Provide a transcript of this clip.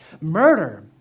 Murder